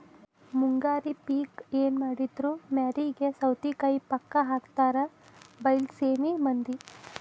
ಮುಂಗಾರಿ ಪಿಕ್ ಎನಮಾಡಿದ್ರು ಮ್ಯಾರಿಗೆ ಸೌತಿಕಾಯಿ ಪಕ್ಕಾ ಹಾಕತಾರ ಬೈಲಸೇಮಿ ಮಂದಿ